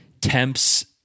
Temps